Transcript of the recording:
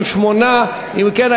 58. אם כן,